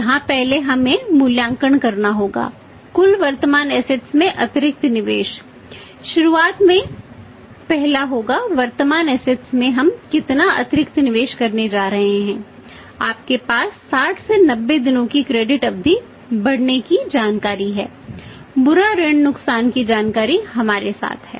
यहाँ पहले हमें मूल्यांकन करना होगा कुल वर्तमान असेट्स अवधि बढ़ाने की जानकारी है बुरा ऋण नुकसान की जानकारी हमारे साथ है